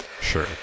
Sure